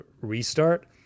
restart